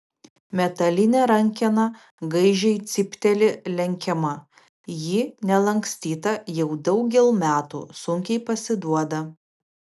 metalinė rankena gaižiai cypteli lenkiama ji nelankstyta jau daugel metų sunkiai pasiduoda